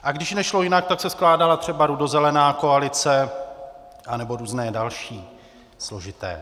A když nešlo jinak, tak se skládala třeba rudozelená koalice, anebo různé další složité.